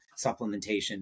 supplementation